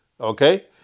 Okay